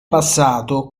passato